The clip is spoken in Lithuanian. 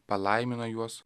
palaimino juos